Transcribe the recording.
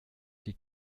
die